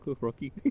rocky